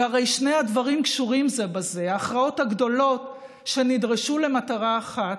והרי שני הדברים קשורים זה בזה: ההכרעות הגדולות שנדרשו למטרה אחת,